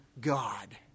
God